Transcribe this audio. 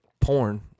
porn